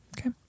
Okay